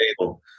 table